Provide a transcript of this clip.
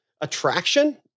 attraction